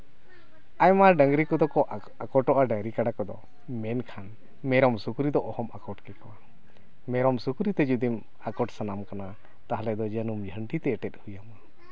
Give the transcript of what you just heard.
ᱟᱭᱢᱟ ᱰᱟᱹᱝᱨᱤ ᱠᱚᱫᱚ ᱠᱚ ᱟᱠᱚᱴᱚᱜᱼᱟ ᱰᱟᱹᱝᱨᱤ ᱠᱟᱰᱟ ᱠᱚᱫᱚ ᱢᱮᱱᱠᱷᱟᱱ ᱢᱮᱨᱚᱢ ᱥᱩᱠᱨᱤ ᱫᱚ ᱚᱦᱚᱢ ᱟᱴᱚᱠ ᱠᱮᱠᱚᱣᱟ ᱢᱮᱨᱚᱢ ᱥᱩᱠᱨᱤ ᱛᱮ ᱡᱩᱫᱤᱢ ᱟᱠᱚᱴ ᱥᱟᱱᱟᱢ ᱠᱟᱱᱟ ᱛᱟᱦᱚᱞᱮ ᱫᱚ ᱡᱟᱹᱱᱩᱢ ᱡᱷᱟᱹᱱᱴᱤ ᱛᱮ ᱮᱴᱮᱫ ᱦᱩᱭ ᱟᱢᱟ